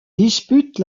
dispute